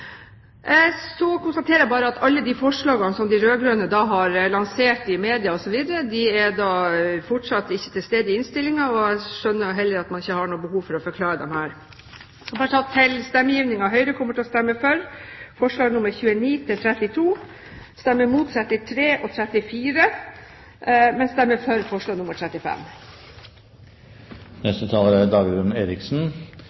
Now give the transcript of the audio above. Så konstaterer jeg bare at alle de forslagene som de rød-grønne har lansert i media osv., fortsatt ikke er til stede i innstillingen, og jeg skjønner jo at man heller ikke har noe behov for å forklare dem her. Så til stemmegivningen: Høyre kommer til å stemme for forslagene nr. 29–32, stemme mot forslagene nr. 33 og 34, men stemme for forslag